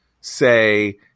say